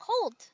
cold